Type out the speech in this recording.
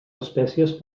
espècies